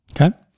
okay